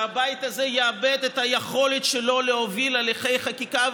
שהבית הזה יאבד את היכולת שלו להוביל הליכי חקיקה.